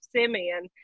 Simeon